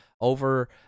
over